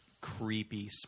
creepy